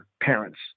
parents